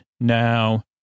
Now